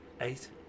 eight